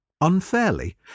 Unfairly